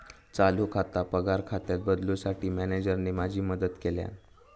चालू खाता पगार खात्यात बदलूंसाठी मॅनेजरने माझी मदत केल्यानं